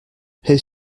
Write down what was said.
his